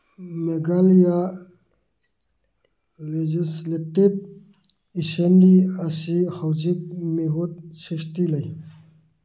Meghalaya legislative assembly ꯑꯁꯤ ꯍꯧꯖꯤꯛ ꯃꯤꯍꯨꯠ ꯁꯤꯛꯁꯇꯤ ꯂꯩ